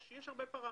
יש הרבה פרמטרים.